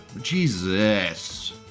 Jesus